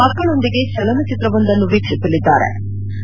ಮಕ್ಕಳೊಂದಿಗೆ ಚಲನಚಿತ್ರವೊಂದನ್ನು ವೀಕ್ಷಿಸಲಿದ್ಲಾರೆ